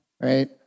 right